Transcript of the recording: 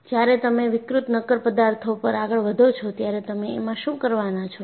જ્યારે તમે વિકૃત નક્કર પદાર્થો પર આગળ વધો છો ત્યારે તમે એમાં શું કરવાના છો